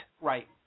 Right